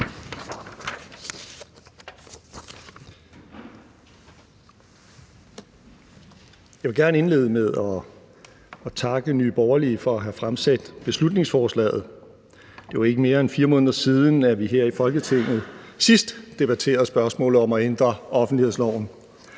Jeg vil gerne indlede med at takke Nye Borgerlige for at have fremsat beslutningsforslaget. Det er jo ikke mere end 4 måneder siden, at vi her i Folketinget sidst debatterede spørgsmålet om at ændre offentlighedsloven,